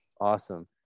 awesome